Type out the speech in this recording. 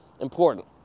important